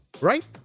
right